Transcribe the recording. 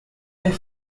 and